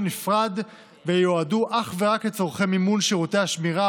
נפרד וייועדו אך ורק לצורכי מימון שירותי השמירה,